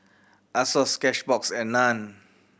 Asos Cashbox and Nan